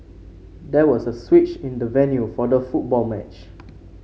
there was a switch in the venue for the football match